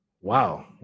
Wow